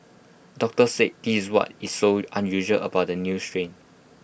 doctors said this is what is so unusual about the new strain